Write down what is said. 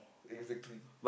exactly